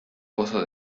pozo